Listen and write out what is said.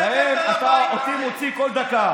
אתה תשתוק.